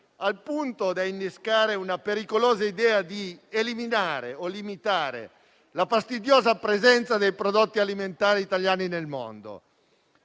al punto da innescare la pericolosa idea di eliminare o limitare la fastidiosa presenza dei prodotti alimentari italiani nel mondo.